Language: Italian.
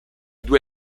due